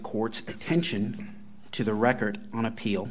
court's attention to the record on appeal